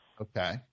Okay